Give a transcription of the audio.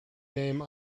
name